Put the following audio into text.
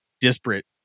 disparate